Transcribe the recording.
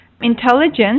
intelligence